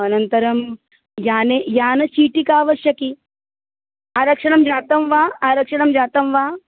अनन्तरं याने यानचीटिका आवश्यकी आरक्षणं जातं वा आरक्षणं जातं वा